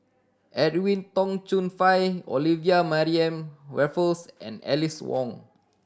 Edwin Tong Chun Fai Olivia Mariamne Raffles and Alice Ong